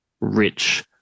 rich